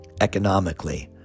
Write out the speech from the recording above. economically